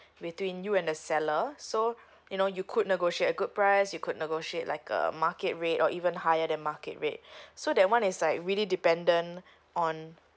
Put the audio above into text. between you and the seller so you know you could negotiate a good price you could negotiate like a market rate or even higher than the market rate so that one is like really dependent on